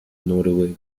noruega